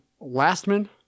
Lastman